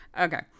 Okay